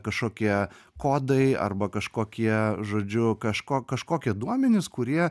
kažkokie kodai arba kažkokie žodžiu kažko kažkokie duomenys kurie